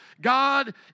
God